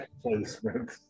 placement